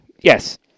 Yes